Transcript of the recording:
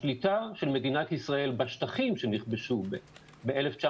השליטה של מדינת ישראל בשטחים שנכבשו ב-1967,